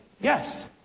yes